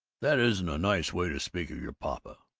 that isn't a nice way to speak of your papa,